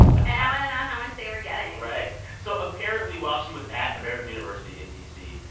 and i want to know how much they were getting right? so apparently, while she was at american university in d c,